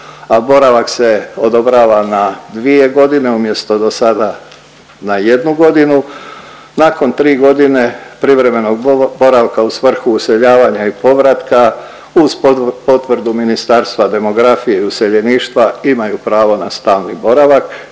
boravak se odobrava na dvije godine, umjesto do sada na jednu godinu, nakon 3 godine privremenog boravka u svrhu useljavanja i povratka uz potvrdu Ministarstva demografije i useljeništva imaju pravo na stalni boravak,